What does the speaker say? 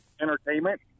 entertainment